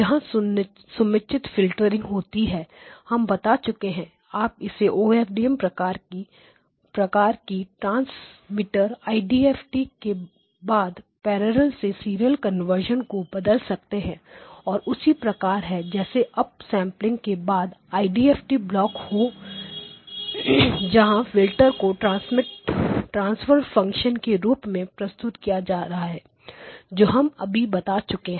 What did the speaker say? जहां समुचित फिल्टरिंग होती है हम बता चुके हैं कि आप इसे OFDM प्रकार की ट्रांसमीटर डीएफटी के बाद पैरेलल से सीरियल कन्वर्शन को बदल सकते है जो उसी प्रकार है जैसे अप सेंपलिंग के बाद आईडीएफटी ब्लॉक हो जहा फिल्टर्स को ट्रांसफर फंक्शन के रूप में प्रस्तुत किया जा सकता है जो हम अभी बता चुके हैं